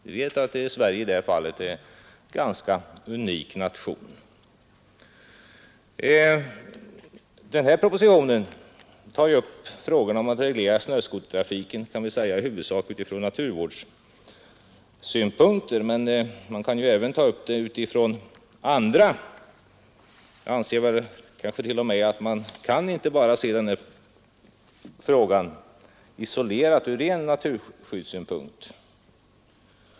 Vi vet att Sverige i det fallet är en ganska unik nation. Denna proposition tar upp frågan om att reglera snöskotertrafiken huvudsakligen från naturvårdssynpunkter, men man kan även ta upp frågan från andra synpunkter. Jag anser kanske t.o.m. att man inte kan se denna fråga isolerad, enbart från naturskyddssynpunkt.